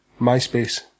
MySpace